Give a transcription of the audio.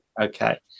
okay